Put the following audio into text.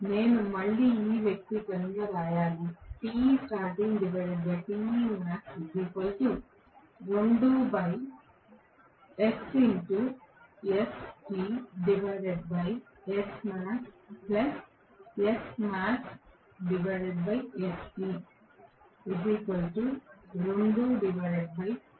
నేను మళ్ళీ ఈ వ్యక్తీకరణను వ్రాయగలను